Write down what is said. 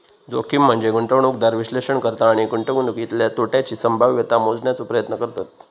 जोखीम म्हनजे गुंतवणूकदार विश्लेषण करता आणि गुंतवणुकीतल्या तोट्याची संभाव्यता मोजण्याचो प्रयत्न करतत